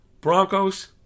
Broncos